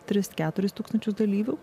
tris keturis tūkstančius dalyvių